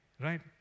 Right